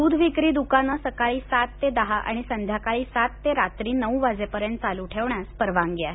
दूध विक्री दुकानं सकाळी सात ते दहा आणि संध्याकाळी सात ते रात्री नऊ वाजेपर्यंत चालू ठेवण्यास परवानगी आहे